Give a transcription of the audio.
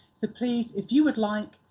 so please, if you would like,